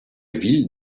ville